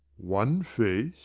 one face,